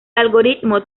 algoritmo